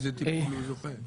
איזה טיפול הוא זוכה?